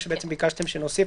שביקשתם שנוסיף,